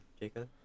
Jacob